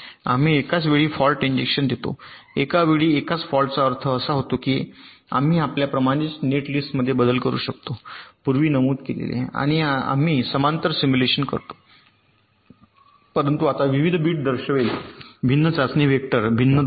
आम्ही एकाच वेळी एक फॉल्ट इंजेक्शन देतो एका वेळी एकाच फॉल्टचा अर्थ असा होतो की आम्ही आपल्याप्रमाणेच नेटलिस्टमध्ये बदल करू शकतो पूर्वी नमूद केलेले आणि आम्ही समांतर सिम्युलेशन करतो परंतु आता विविध बिट्स दर्शवेल भिन्न चाचणी वेक्टर भिन्न दोष नाही